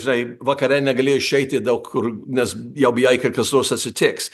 žinai vakare negali išeiti daug kur nes jau bijai kad kas nors atsitiks